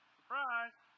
Surprise